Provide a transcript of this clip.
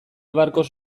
barkos